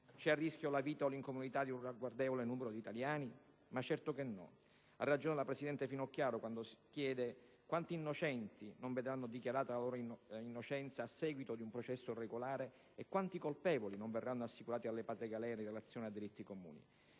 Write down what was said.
È a rischio la vita o l'incolumità di un ragguardevole numero di italiani? Certo che no. Ha ragione la presidente Finocchiaro quando si chiede quanti innocenti non vedranno dichiarata la loro innocenza a seguito di un processo regolare e quanti colpevoli non verranno assicurati alle patrie galere in relazione a delitti comuni.